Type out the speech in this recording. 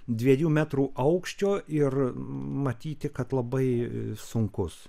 dviejų metrų aukščio ir matyti kad labai sunkus